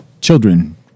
children